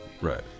Right